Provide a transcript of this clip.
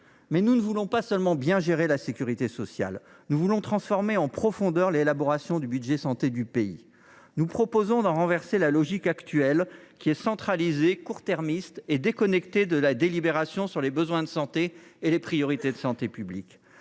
nous ne voulons pas seulement bien gérer la sécurité sociale : nous voulons transformer en profondeur l’élaboration du budget santé du pays. Nous proposons d’en renverser la logique actuelle, qui est centralisée, court termiste et déconnectée de la délibération sur les besoins de santé et les priorités de santé publique.